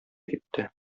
китте